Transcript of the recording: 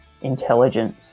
intelligence